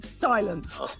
Silence